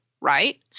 Right